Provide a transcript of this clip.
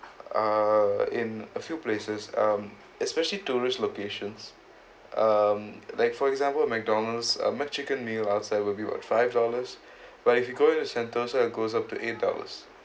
uh in a few places um especially tourist locations um like for example McDonald's uh McChicken meal outside will be about five dollars but if you go into sentosa it goes up to eight dollars